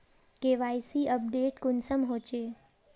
KYC update कुंसम होचे?